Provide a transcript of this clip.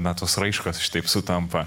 na tos raiškos šitaip sutampa